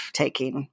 taking